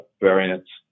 variants